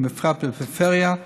ובפרט בפריפריה,